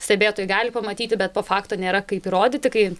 stebėtojai gali pamatyti bet po fakto nėra kaip įrodyti kai